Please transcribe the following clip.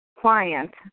client